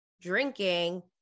drinking